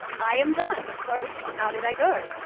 i am done! so how did i go?